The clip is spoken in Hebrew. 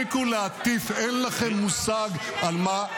חברת